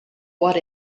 what